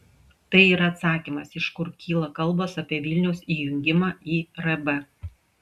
tai yra atsakymas iš kur kyla kalbos apie vilniaus įjungimą į rb